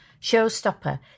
showstopper